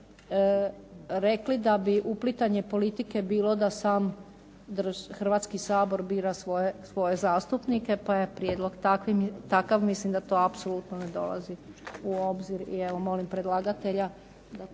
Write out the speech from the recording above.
komisije rekli da bi uplitanje politike bilo da sam Hrvatski sabor bira svoje zastupnike, pa je prijedlog takav mislim da to apsolutno ne dolazi u obzir. I evo molim predlagatelja